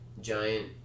giant